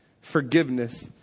forgiveness